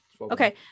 Okay